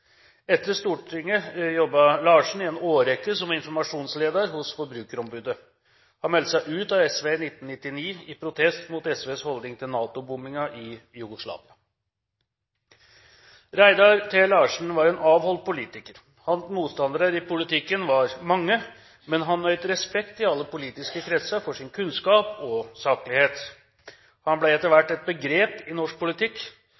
Etter Stortinget jobbet Larsen i en årrekke som informasjonsleder hos Forbrukerombudet. Han meldte seg ut av SV i 1999 i protest mot SVs holdning til NATO-bombingen i Jugoslavia. Reidar T. Larsen var en avholdt politiker. Hans motstandere i politikken var mange, men han nøt respekt i alle politiske kretser for sin kunnskap og saklighet. Han ble etter hvert et begrep i norsk politikk.